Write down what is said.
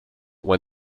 when